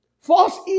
False